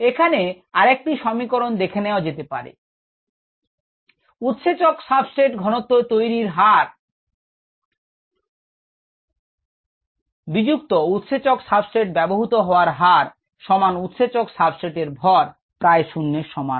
এখানে আরেকটি সমীকরণে দেখে নেওয়া যেতে পারে উৎসেচক সাবস্ট্রেট ঘনত্ব তৈরীর হার বিযুক্ত উৎসেচক সাবস্ট্রেট ব্যবহূত হওয়ার হার সমান উৎসেচক সাবস্ট্রেট এর ভর প্রায় শূন্যের সমান